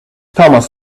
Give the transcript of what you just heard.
thomas